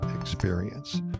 experience